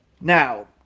Now